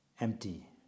empty